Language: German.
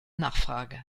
nachfrage